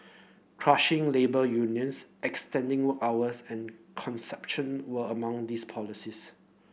crushing labour unions extending work hours and conception were among these policies